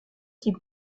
die